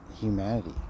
humanity